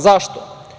Zašto?